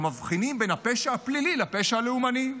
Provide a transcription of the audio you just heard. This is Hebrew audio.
מבחינים בין הפשע הפלילי לפשע הלאומני.